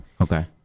Okay